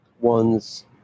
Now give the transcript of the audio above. one's